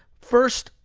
first,